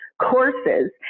courses